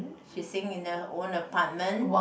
she's seeing the own apartment